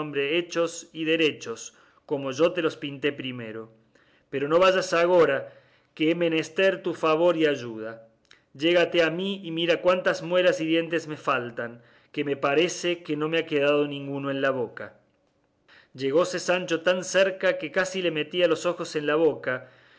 hechos y derechos como yo te los pinté primero pero no vayas agora que he menester tu favor y ayuda llégate a mí y mira cuántas muelas y dientes me faltan que me parece que no me ha quedado ninguno en la boca llegóse sancho tan cerca que casi le metía los ojos en la boca